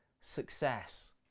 success